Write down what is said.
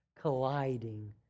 colliding